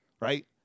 Right